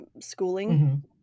schooling